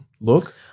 look